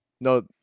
no